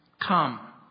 Come